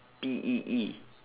P E E